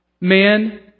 man